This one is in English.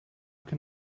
can